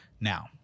Now